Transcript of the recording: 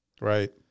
Right